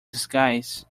disguise